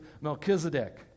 Melchizedek